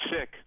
sick